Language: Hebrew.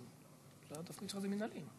אבל התפקיד שלך מינהלי.